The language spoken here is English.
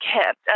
kept